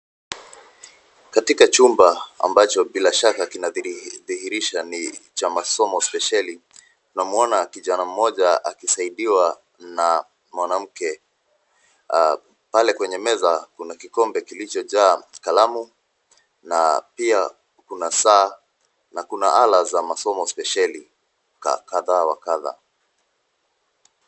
Katika chumba ambacho bila shaka kinadhihirisha ni cha masomo spesheli, tunamuona kijana mmoja akisaidiwa na mwanamke. Pale kwenye meza kuna kikombe kilichojaa kalamu na pia kuna saa na kuna ala za masomo spesheli kadha wa kadha.